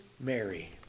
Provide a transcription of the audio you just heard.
Mary